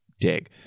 dig